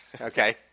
Okay